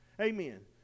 Amen